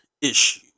issue